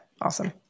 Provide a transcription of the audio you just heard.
Awesome